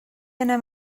anem